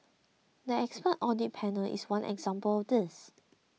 the expert audit panel is one example of this